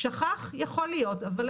שכח, יכול להיות, אבל